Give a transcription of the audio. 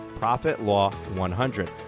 ProfitLaw100